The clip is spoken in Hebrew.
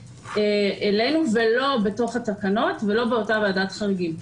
אלינו ולא בתוך התקנות ולא באותה ועדת חריגים.